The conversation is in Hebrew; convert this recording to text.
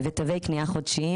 ותווי קנייה חודשיים.